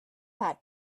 had